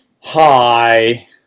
Hi